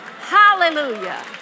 Hallelujah